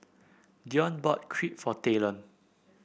Dion bought Crepe for Talon